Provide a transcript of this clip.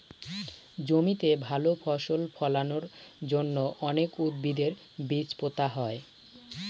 জমিতে ভালো ফসল ফলানোর জন্য অনেক উদ্ভিদের বীজ পোতা হয়